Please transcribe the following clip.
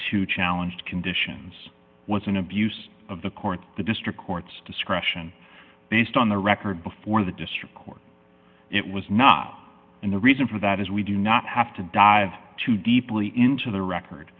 two challenge conditions was an abuse of the court the district court's discretion based on the record before the district court it was not and the reason for that is we do not have to dive too deeply into the record